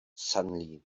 suddenly